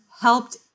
helped